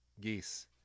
Geese